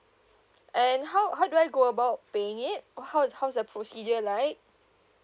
and how how do I go about paying it how how is the procedures like